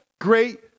great